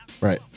Right